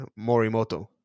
Morimoto